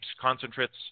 concentrates